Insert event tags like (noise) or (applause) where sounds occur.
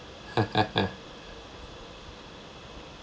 (laughs)